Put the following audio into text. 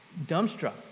dumbstruck